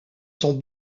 son